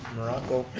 morocco,